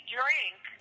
drink